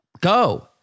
Go